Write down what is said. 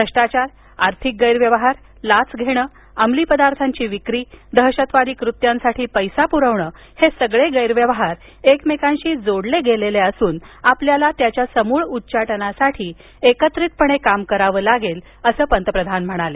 भ्रष्टाचार आर्थिक गैरव्यवहार लाच घेणं अंमली पदार्थ विक्री दहशतवादी कृत्यांसाठी पैसा पुरवणं हे सगळे गैरव्यवहार एकमेकांशी जोडले गेलेले असून आपल्याला याच्या समूळ उच्चाटनासाठी एकत्रितपणे काम करावे लागेल असं पंतप्रधान म्हणाले